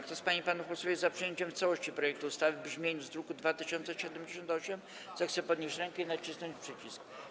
Kto z pań i panów posłów jest za przyjęciem w całości projektu ustawy w brzmieniu z druku nr 2078, zechce podnieść rękę i nacisnąć przycisk.